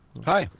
hi